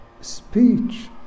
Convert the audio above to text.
speech